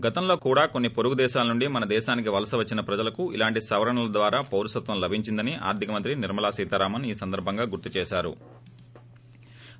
గతంలో కూడా కొన్సి వొరుగు దేశాల నుండి మన దేశానికి వలస వచ్చిన ప్రజలకు ఇలాంటి సవరణల ద్వారానే పౌరసత్వం లభించిందని ఆర్థిక మంత్రి నిర్మలా సీతారామస్ ఈ సందర్బంగా గుర్భుచేశారు